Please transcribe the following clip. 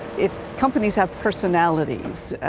if companies have personalities,